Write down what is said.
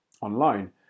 online